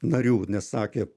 narių nes sakė